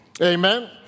Amen